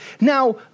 Now